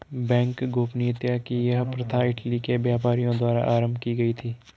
bank गोपनीयता की यह प्रथा इटली के व्यापारियों द्वारा आरम्भ की गयी थी